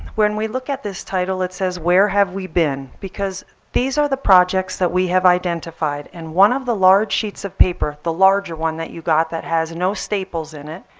when we look at this title it says, where have we been? because these are the projects that we have identified. and one of the large sheets of paper, the larger one that you got that has no staples in it,